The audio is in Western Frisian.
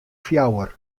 fjouwer